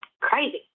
crazy